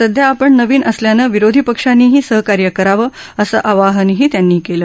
सध्या आपण नवीन असल्यानं विरोधी पक्षांनीही सहकार्य करावं असं आवाहनही त्यांनी केलं